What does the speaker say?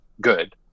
good